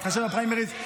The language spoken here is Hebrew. נתחשב בפריימריז,